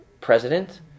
president